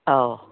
ꯑꯧ